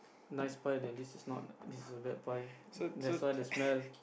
nice pie then this is not this is a bad pie that's why the smell